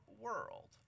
world